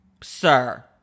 sir